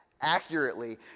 accurately